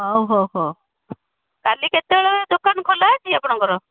ହଉ ହଉ ହଉ କାଲି କେତେବେଳେ ଦୋକାନ ଖୋଲା ଅଛି ଆପଣଙ୍କର